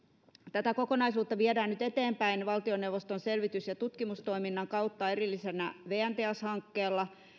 tätä kokonaisuutta viedään nyt eteenpäin valtioneuvoston selvitys ja tutkimustoiminnan kautta erillisenä vn teas hankkeella